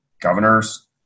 governors